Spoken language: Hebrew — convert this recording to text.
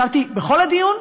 ישבתי כל הדיון,